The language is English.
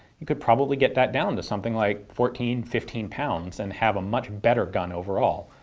you could probably get that down to something like fourteen, fifteen pounds and have a much better gun overall.